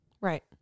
Right